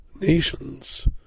nations